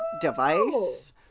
device